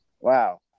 Wow